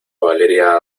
valeria